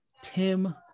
Tim